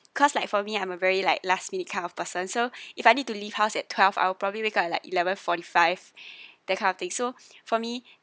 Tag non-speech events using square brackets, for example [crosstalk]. cause like for me I'm a very like last minute kind of person so [breath] if I need to leave house at twelve I'll probably wake up at like eleven forty five [breath] that kind of thing so [breath] for me